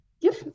yes